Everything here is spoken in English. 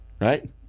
right